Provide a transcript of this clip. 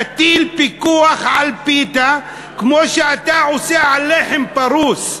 תטיל פיקוח על פיתה כמו שאתה עושה על לחם פרוס.